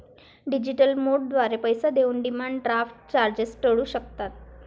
digital मोडद्वारे पैसे देऊन डिमांड ड्राफ्ट चार्जेस टाळू शकता